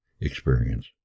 experience